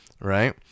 right